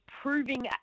proving